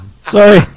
Sorry